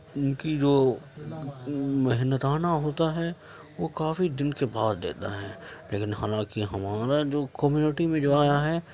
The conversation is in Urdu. ان کی جو محنتانہ ہوتا ہے وہ کافی دن کے بعد دیتے ہیں لیکن حالانکہ ہمارا جو کمیونٹی میں جو آیا ہے